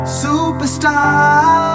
superstar